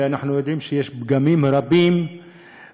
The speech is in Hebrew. ואנחנו יודעים שיש פגמים רבים בעניין.